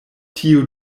tio